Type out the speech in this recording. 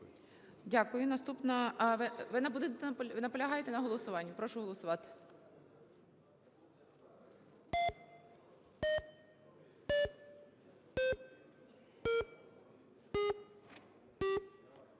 будете… Наполягаєте на голосуванні? Прошу голосувати.